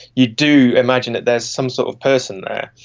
you do imagine that there is some sort of person there.